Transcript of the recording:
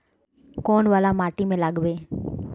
कौन वाला माटी में लागबे?